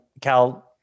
Cal